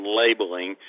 labeling